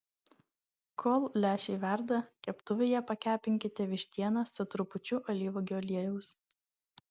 kol lęšiai verda keptuvėje pakepinkite vištieną su trupučiu alyvuogių aliejaus